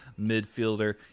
midfielder